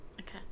Okay